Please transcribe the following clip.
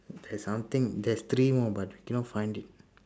there's something there's three more but cannot find it